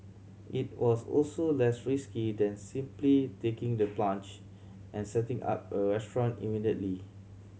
it was also less risky than simply taking the plunge and setting up a restaurant immediately